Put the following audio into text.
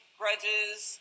grudges